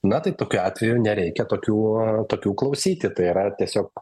na tai tokiu atveju nereikia tokių tokių klausyti tai yra tiesiog